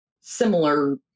similar